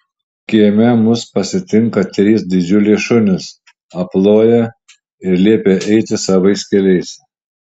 kieme mus pasitinka trys didžiuliai šunys aploja ir liepia eiti savais keliais